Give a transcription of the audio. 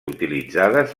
utilitzades